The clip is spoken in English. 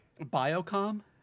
Biocom